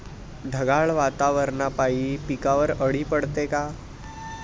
ढगाळ वातावरनापाई पिकावर अळी पडते का?